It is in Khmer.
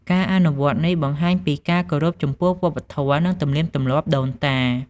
ការអនុវត្តន៍នេះបង្ហាញពីការគោរពចំពោះវប្បធម៌ និងទំនៀមទម្លាប់ដូនតា។